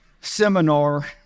seminar